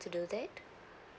to do that